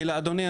כי אדוני,